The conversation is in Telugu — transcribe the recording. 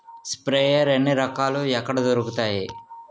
స్ప్రేయర్ ఎన్ని రకాలు? ఎక్కడ దొరుకుతాయి?